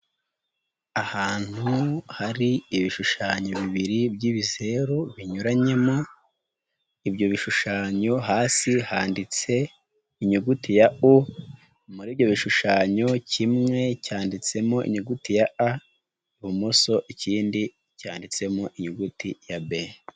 Ahantu hari ibishushanyo bibiri by'ibizeru binyuranyemo, ibyo bishushanyo hasi handitse inyuguti ya u muri ibyo bishushanyo kimwe cyanditsemo inyuguti ya a ibumoso, ikindi cyanditsemo inyuguti ya b.